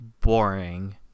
boring